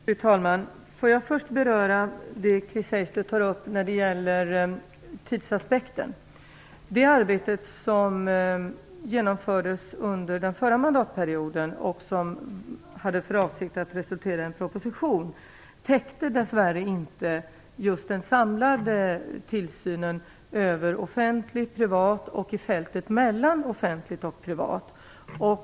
Fru talman! Får jag först beröra det som Chris Heister säger om tidsaspekten. Det arbete som genomfördes under den förra mandatperioden, där avsikten var att resultatet skulle bli en proposition, täckte dess värre inte just den samlade tillsynen över offentligt, privat och fältet mellan offentligt och privat.